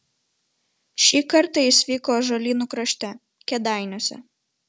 šį kartą jis vyko ąžuolynų krašte kėdainiuose